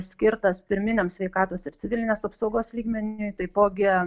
skirtas pirminiam sveikatos ir civilinės apsaugos lygmeniui taipogi